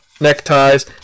neckties